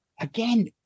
Again